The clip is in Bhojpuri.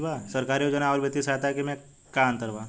सरकारी योजना आउर वित्तीय सहायता के में का अंतर बा?